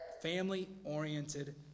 family-oriented